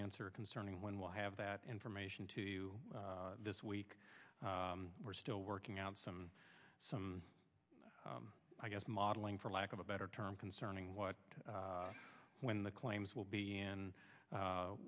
answer concerning when we'll have that information to you this week we're still working out some some i guess modeling for lack of a better term concerning what when the claims will be